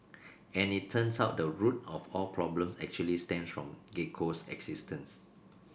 and it turns out the root of all problems actually stems from Gecko's existence